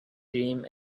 dream